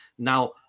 Now